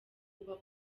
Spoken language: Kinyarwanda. uba